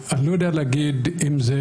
אני לא יודע להגיד אם זה